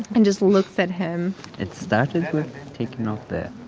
and just looks at him it started with taking off the.